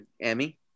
Emmy